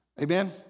Amen